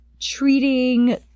treating